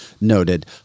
noted